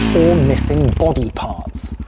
or missing body parts.